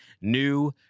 new